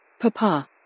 Papa